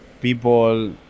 people